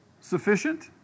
Sufficient